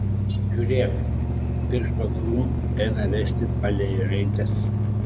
žiūrėk piršto galu ėmė vesti palei raides